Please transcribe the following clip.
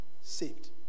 saved